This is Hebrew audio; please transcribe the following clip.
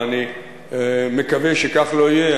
אני מקווה שכך לא יהיה,